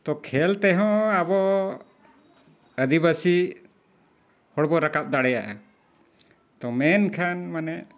ᱛᱚ ᱠᱷᱮᱞ ᱛᱮᱦᱚᱸ ᱟᱵᱚ ᱟᱹᱫᱤᱵᱟᱹᱥᱤ ᱦᱚᱲ ᱵᱚᱱ ᱨᱟᱠᱟᱵ ᱫᱟᱲᱮᱭᱟᱜᱼᱟ ᱛᱚ ᱢᱮᱱᱠᱷᱟᱱ ᱢᱟᱱᱮ